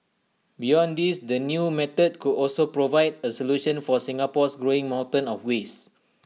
beyond this the new method could also provide A solution for Singapore's growing mountain of waste